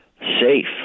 safe